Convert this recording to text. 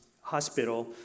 hospital